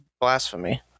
blasphemy